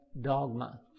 dogma